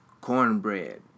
cornbread